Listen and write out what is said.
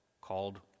called